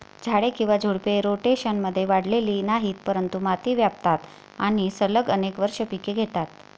झाडे किंवा झुडपे, रोटेशनमध्ये वाढलेली नाहीत, परंतु माती व्यापतात आणि सलग अनेक वर्षे पिके घेतात